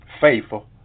Faithful